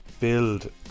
build